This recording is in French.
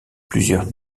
plusieurs